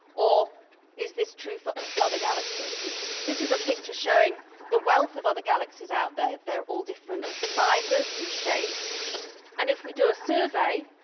or is this true for other galaxies and this is a picture showing the wealth of other galaxies out there. there all different sizes and shapes and if we do a survey.